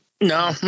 No